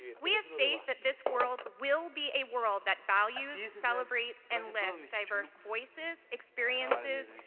we have faith that this world will be a world that values, celebrates, and lifts diverse voices, experiences,